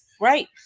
Right